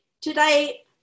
Today